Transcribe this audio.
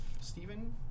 Stephen